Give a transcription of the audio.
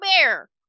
bear